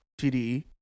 TDE